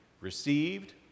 received